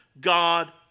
God